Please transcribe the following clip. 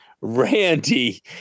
randy